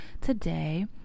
today